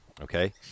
okay